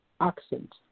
accent